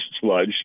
sludge